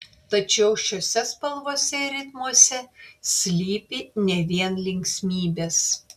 tačiau šiose spalvose ir ritmuose slypi ne vien linksmybės